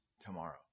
tomorrow